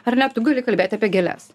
ar ne tu gali kalbėti apie gėles